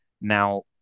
Now